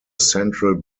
central